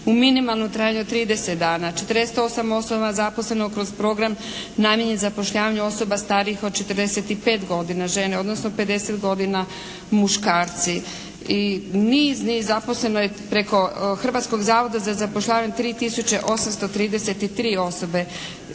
u minimalnom trajanju od 30 dana. 48 osoba zaposleno kroz program namijenjen zapošljavanju osoba starijih od 45 godina žene odnosno 50 godina muškarci. I niz, niz zaposleno je preko Hrvatskog zavoda za zapošljavanje 3 tisuće